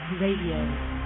Radio